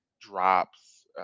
drops